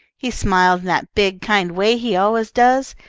he smiled in that big, kind way he always does.